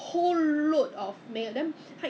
太贵了 I can't where was the place already